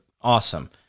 awesome